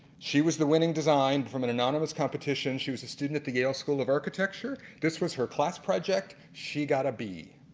she was the winning design from and anonymous competition. she was a student for the yale school of architecture. this was her class project she got a b.